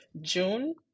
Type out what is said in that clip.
June